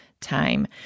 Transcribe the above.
time